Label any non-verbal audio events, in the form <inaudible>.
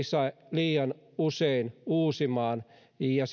liian usein uusimaan ja <unintelligible>